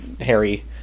Harry